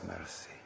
mercy